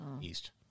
east